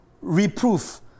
reproof